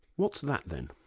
what's that then?